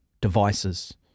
devices